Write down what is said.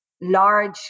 large